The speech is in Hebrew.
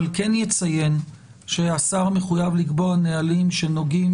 אבל כן יציין שהשר מחויב לקבוע נהלים שנוגעים